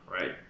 right